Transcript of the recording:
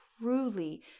truly